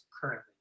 currently